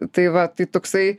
tai va tai toksai